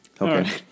Okay